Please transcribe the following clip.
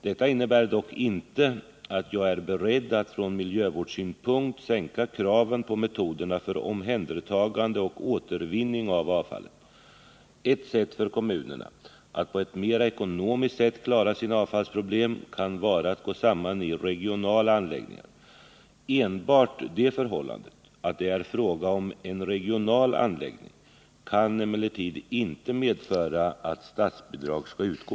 Detta innebär dock inte att jag är beredd att från miljövårdssynpunkt sänka kraven på metoderna för omhändertagande och återvinning av avfallet. Ett sätt för kommunerna att på ett mera ekonomiskt sätt klara sina avfallsproblem kan vara att gå samman i regionala anläggningar. Enbart det förhållandet att det är fråga om en regional anläggning kan emellertid inte medföra att statsbidrag skall utgå.